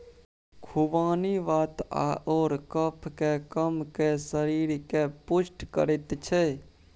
खुबानी वात आओर कफकेँ कम कए शरीरकेँ पुष्ट करैत छै